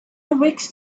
weeks